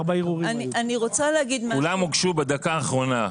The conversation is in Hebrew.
ארבעה ערעורים היו, כולם הוגשו בדקה האחרונה.